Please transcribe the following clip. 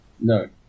No